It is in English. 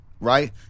right